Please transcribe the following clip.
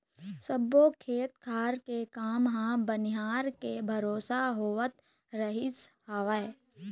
सब्बो खेत खार के काम ह बनिहार के भरोसा होवत रहिस हवय